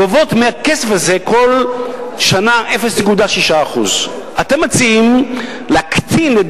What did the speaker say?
גובות מהכסף הזה כל שנה 0.6%. אתם מציעים להקטין את